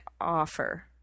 offer